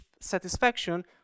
satisfaction